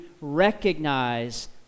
recognize